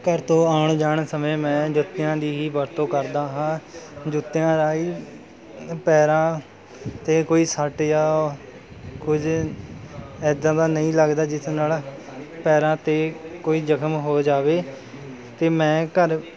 ਘਰ ਤੋਂ ਆਉਣ ਜਾਣ ਸਮੇਂ ਮੈਂ ਜੁੱਤਿਆਂ ਦੀ ਹੀ ਵਰਤੋਂ ਕਰਦਾ ਹਾਂ ਜੁੱਤਿਆਂ ਰਾਹੀਂ ਪੈਰਾਂ 'ਤੇ ਕੋਈ ਸੱਟ ਜਾਂ ਕੁਝ ਇੱਦਾਂ ਦਾ ਨਹੀਂ ਲੱਗਦਾ ਜਿਸ ਨਾਲ ਪੈਰਾਂ 'ਤੇ ਕੋਈ ਜ਼ਖ਼ਮ ਹੋ ਜਾਵੇ ਅਤੇ ਮੈਂ ਘਰ